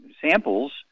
samples